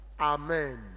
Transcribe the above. Amen